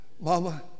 mama